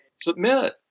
submit